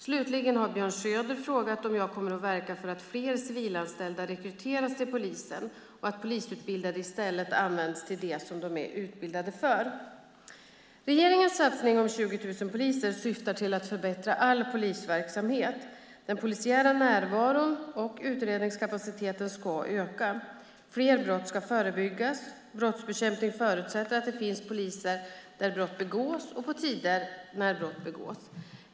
Slutligen har Björn Söder frågat om jag kommer att verka för att fler civilanställda rekryteras till polisen och att polisutbildade i stället används till det som de är utbildade för. Regeringens satsning på 20 000 poliser syftar till att förbättra all polisverksamhet. Den polisiära närvaron och utredningskapaciteten ska öka. Fler brott ska förebyggas. Brottsbekämpning förutsätter att det finns poliser där brott begås och på tider när brott begås.